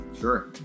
Sure